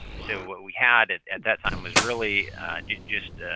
so, what we had at at that time was really just